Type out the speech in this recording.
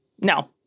No